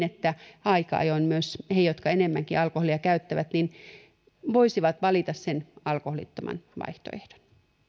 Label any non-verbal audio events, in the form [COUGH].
[UNINTELLIGIBLE] että aika ajoin myös he jotka enemmänkin alkoholia käyttävät voisivat valita sen alkoholittoman vaihtoehdon